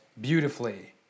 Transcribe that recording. beautifully